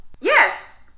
Yes